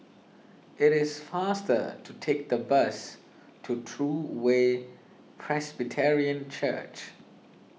it is faster to take the bus to True Way Presbyterian Church